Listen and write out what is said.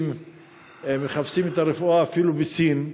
שהם מחפשים את הרפואה אפילו בסין.